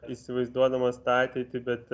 įsivaizduodamas tą ateitį bet